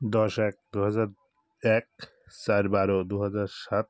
দশ এক দু হাজার এক চার বারো দু হাজার সাত